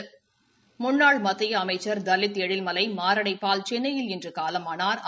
முன்னாள் மத்திய அமைச்சா் தலித் எழில்மலை மாரடைப்பால் சென்னையில் இன்று காலமானாா்